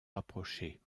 rapprochés